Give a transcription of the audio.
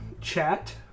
chat